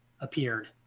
appeared